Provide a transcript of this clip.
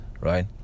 right